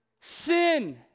Sin